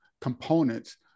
components